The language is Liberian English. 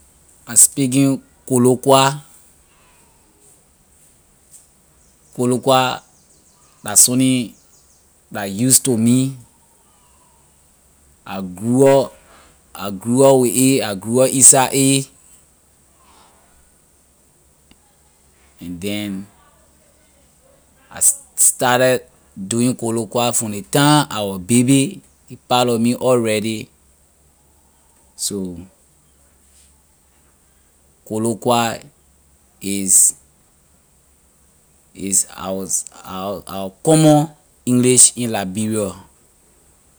I speaking koloqua. koloqua la sunni la use to me I grew up I grew up with a I grew up in side a and then I started doing koloqua from ley time I was baby a part lor me already so koloqua is is our our common english in liberia.